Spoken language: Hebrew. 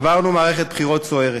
עברנו מערכת בחירות סוערת